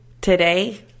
today